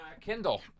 Kindle